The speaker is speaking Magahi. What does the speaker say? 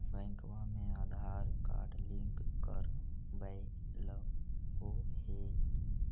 बैंकवा मे आधार कार्ड लिंक करवैलहो है?